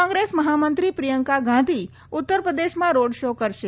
કોંગ્રેસ મહામંત્રી પ્રિયંકા ગાંધી ઉત્તરપ્રદેશમાં road show કરશે